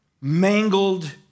mangled